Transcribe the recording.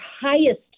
highest